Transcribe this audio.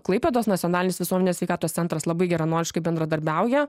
klaipėdos nacionalinis visuomenės sveikatos centras labai geranoriškai bendradarbiauja